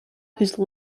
whose